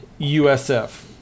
USF